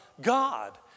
God